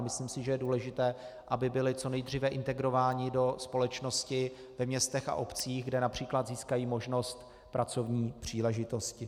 Myslím si, že je důležité, aby byli co nejdříve integrováni do společnosti ve městech a obcích, kde např. získají možnost pracovní příležitosti.